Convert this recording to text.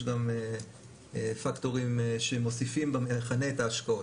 יש גם פקטורים שמוסיפים במכנה את ההשקעות.